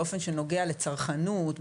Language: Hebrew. באפן שנוגע לצרכנות,